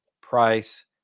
price